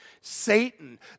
Satan